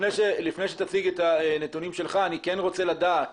לפני שתציג את הנתונים שלך אני כן רוצה לדעת